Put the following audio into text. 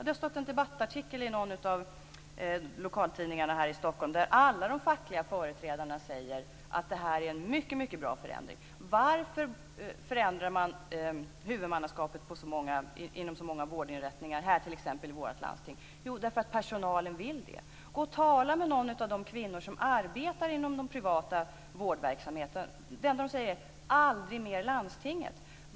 Det har stått en debattartikel i någon av lokaltidningarna här i Stockholm där alla de fackliga företrädarna säger att detta är en mycket bra förändring. Varför förändrar man huvudmannaskapet för så många vårdinrättningar t.ex. här i vårt landsting? Jo, därför att personalen vill det. Gå och tala med någon av de kvinnor som arbetar inom den privata vårdverksamheten! Det enda de säger är: Aldrig mer landstinget!